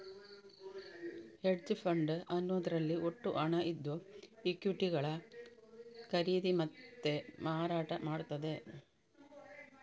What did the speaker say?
hedge fund ಅನ್ನುದ್ರಲ್ಲಿ ಒಟ್ಟು ಹಣ ಇದ್ದು ಈಕ್ವಿಟಿಗಳ ಖರೀದಿ ಮತ್ತೆ ಮಾರಾಟ ಮಾಡ್ತದೆ